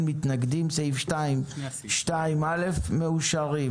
סעיפים 2 ו-2א אושרו.